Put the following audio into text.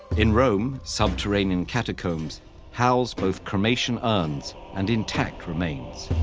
in rome, subterranean catacombs housed both cremation urns and intact remains.